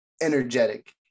energetic